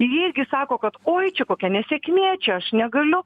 jie irgi sako kad oi čia kokia nesėkmė čia aš negaliu